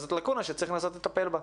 אז זאת לקונה שצריך לנסות לטפל בה.